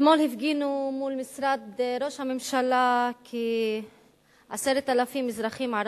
אתמול הפגינו מול משרד ראש הממשלה כ-10,000 אזרחים ערבים.